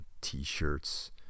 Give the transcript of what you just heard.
T-shirts